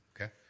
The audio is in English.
Okay